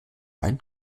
ein